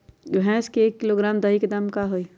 भैस के एक किलोग्राम दही के दाम का होई?